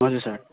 हजुर सर